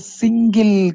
single